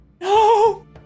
No